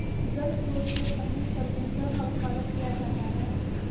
जल स्रोत के समीप तरबूजा का उत्पादन किया जाता है